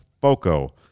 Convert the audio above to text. Foco